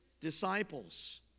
disciples